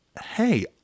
hey